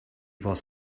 was